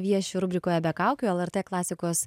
vieši rubrikoje be kaukių lrt klasikos